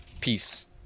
peace